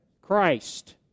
Christ